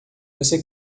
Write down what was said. você